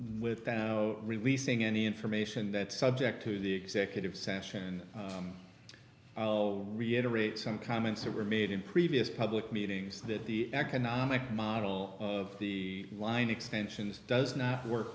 releasing any information that's subject to the executive session and i'll reiterate some comments that were made in previous public meetings that the economic model of the line extensions does not work